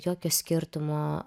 jokio skirtumo